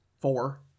four